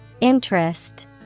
Interest